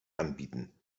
anbieten